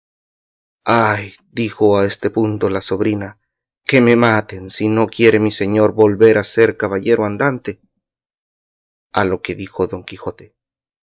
dijo a este punto la sobrina que me maten si no quiere mi señor volver a ser caballero andante a lo que dijo don quijote